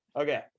Okay